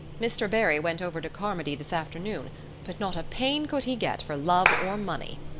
mr. barry went over to carmody this afternoon but not a pane could he get for love or money.